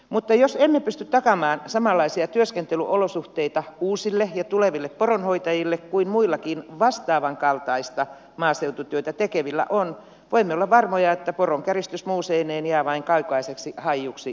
mutta jos emme pysty takaamaan samanlaisia työskentelyolosuhteita uusille ja tuleville poronhoitajille kuin muillakin vastaavankaltaista maaseututyötä tekevillä on voimme olla varmoja että poronkäristys muuseineen jää vain kaukaiseksi haijuksi muistin perille